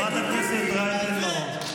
חברת הכנסת רייטן מרום,